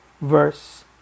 verse